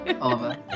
Oliver